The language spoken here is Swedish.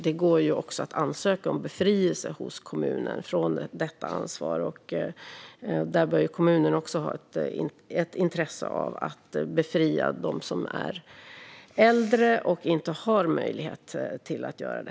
Det går ju också att ansöka hos kommunen om befrielse från detta ansvar. Där bör också kommunen ha ett intresse av att befria de äldre.